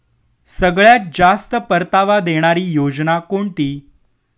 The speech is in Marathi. सगळ्यात जास्त परतावा देणारी योजना कोणती?